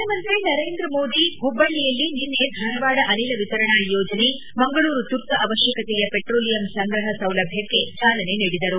ಪ್ರಧಾನಮಂತ್ರಿ ನರೇಂದ್ರ ಮೋದಿ ಹುಬ್ಬಳ್ಳಯಲ್ಲಿ ನಿನ್ನೆ ಧಾರವಾಡ ಅನಿಲ ವಿತರಣಾ ಯೋಜನೆ ಮಂಗಳೂರು ತುರ್ತು ಅವಕಶ್ವಕತೆಯ ಪೆಟ್ರೋಲಿಯಂ ಸಂಗ್ರಹ ಸೌಲಭ್ವಕ್ಷೆ ಚಾಲನೆ ನೀಡಿದರು